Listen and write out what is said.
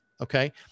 okay